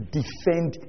defend